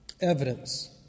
evidence